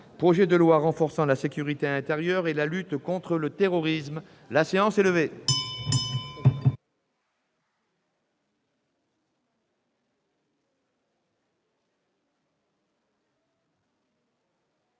Projet de loi renforçant la sécurité intérieure et la lutte contre le terrorisme (procédure accélérée)